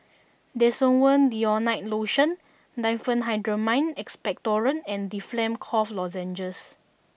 Desowen Desonide Lotion Diphenhydramine Expectorant and Difflam Cough Lozenges